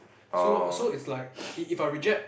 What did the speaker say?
so so it's like if if I reject